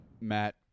Matt